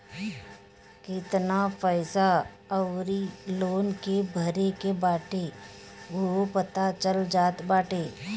केतना पईसा अउरी लोन के भरे के बाटे उहो पता चल जात बाटे